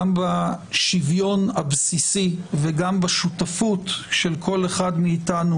גם בשוויון הבסיסי וגם בשותפות של כל אחד מאיתנו,